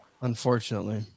Unfortunately